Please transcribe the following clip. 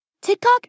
TikTok